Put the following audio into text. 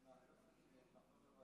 שרים וחברי כנסת בעבר